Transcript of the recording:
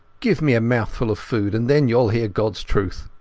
give me a mouthful of food, and then youall hear godas truth